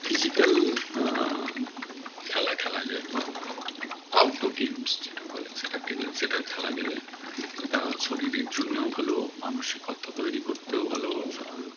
physical খেলা খেলা যায় বা আউটডোর গেমস যেটা বলে সেটাকে সেটা খেলা গেলে সেটা শরীরের জন্যেও ভালো মানসিকতা তৈরি করতেও ভালো চা